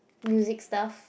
music stuff